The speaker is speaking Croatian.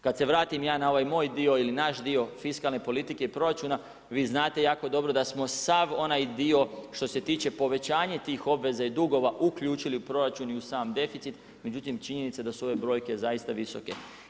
Kad se vratim ja na ovaj moj dio ili naš dio fiskalne politike i proračuna, vi znate jako dobro da smo sav onaj dio što se tiče povećanje tih obveza i dugova uključili u proračun i u sam deficit, međutim činjenica je da su ove brojke zaista visoke.